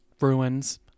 ruins